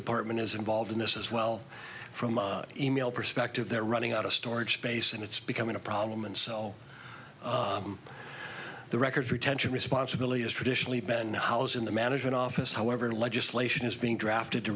department is involved in this as well from my email perspective they're running out of storage space and it's becoming a problem and sell the records retention responsibility has traditionally been housed in the management office however legislation is being drafted to